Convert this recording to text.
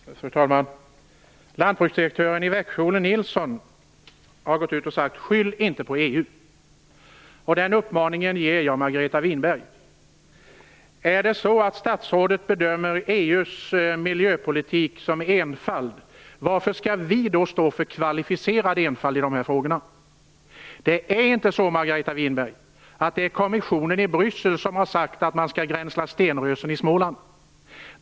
Fru talman! Lantbruksdirektören i Växjö Olof Nilsson har sagt: Skyll inte på EU! Den uppmaningen ger jag Margareta Winberg. Är det så att statsrådet bedömer EU:s miljöpolitik som enfald, varför skall vi då stå för kvalificerad enfald i dessa frågor? Det är inte kommissionen i Bryssel som har sagt att man skall grensla stenrösen i Småland.